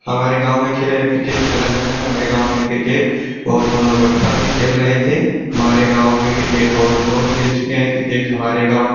हमारे गाँव में क्रिकेट खेला जाता है हमारे गाँव में क्रिकेट बहुत हम लोग बचपन से खेल रहे थे हमारे गाँव में क्रिकेट बहुत लोग खेल चुके हैं क्रिकेट हमारे गाँव